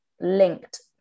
linked